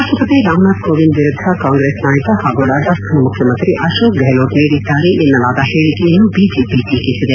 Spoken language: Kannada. ರಾಷ್ಲಪತಿ ರಾಮನಾಥ್ ಕೋವಿಂದ್ ವಿರುದ್ದ ಕಾಂಗ್ರೆಸ್ ನಾಯಕ ಹಾಗೂ ರಾಜಸ್ತಾನ ಮುಖ್ಚಮಂತ್ರಿ ಅಕೋಕ್ ಗೆಹಲೋಟ್ ನೀಡಿದ್ದಾರೆ ಎನ್ನಲಾದ ಹೇಳಿಕೆಯನ್ನು ಬಿಜೆಪಿ ಟೀಕಿಸಿದೆ